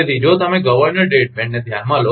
તેથી જો તમે ગવર્નર ડેડ બેન્ડને ધ્યાનમાં લો